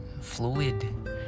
fluid